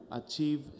achieve